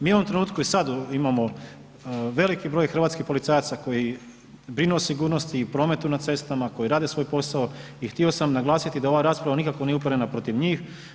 Mi u ovom trenutku i sad imamo veliki broj hrvatskih policajaca koji brinu o sigurnosti i prometu na cestama, koji rade svoj posao i htio sam naglasiti da ova rasprava nikako nije uperena protiv njih.